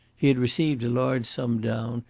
he had received a large sum down,